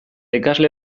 ikasle